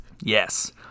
Yes